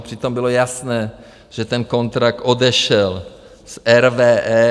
Přitom bylo jasné, že ten kontrakt odešel z RWE.